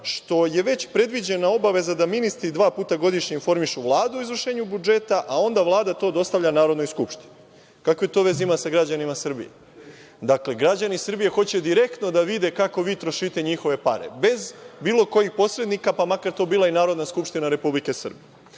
što je već predviđena obaveza da ministri dva puta godišnje informišu Vladu o izvršenju budžeta, a onda Vlada to dostavlja Narodnoj skupštini. Kakve to veze ima sa građanima Srbije? Dakle, građani Srbije hoće direktno da vide kako vi trošite njihove pare, bez bilo kojih posrednika, pa makar to bila i Narodna skupština Republike Srbije. Šta